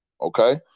Okay